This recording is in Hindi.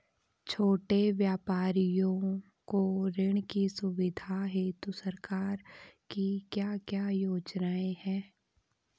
छोटे व्यापारियों को ऋण की सुविधा हेतु सरकार की क्या क्या योजनाएँ हैं?